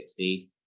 60s